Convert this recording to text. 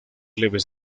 leves